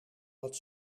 wat